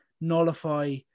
nullify